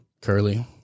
Curly